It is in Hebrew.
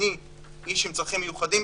"אני איש עם צרכים מיוחדים,